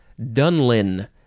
Dunlin